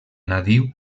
nadiu